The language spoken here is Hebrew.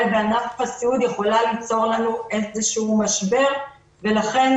בענף הסיעוד יכולה ליצור לנו איזה שהוא משבר ולכן,